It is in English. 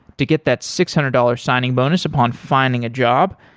to get that six hundred dollars signing bonus upon finding a job,